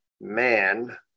man